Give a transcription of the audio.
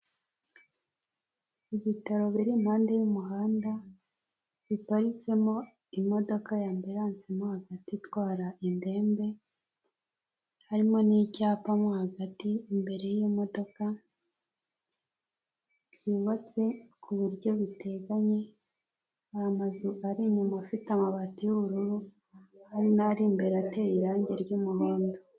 Ibitaro bir'impande y'umuhanda biparitsemo imodoka y'ambilansi mo hagati itwara indembe, harimo n'icyapa mo hagati imbere y'iyo modoka byubatse ku buryo biteganye hari amazu ari inyuma afite amabati y'ubururu hamwe n'ar'imbere ateye irangi ry'umuhondo.